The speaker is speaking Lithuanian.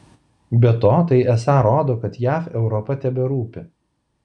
be to tai esą rodo kad jav europa teberūpi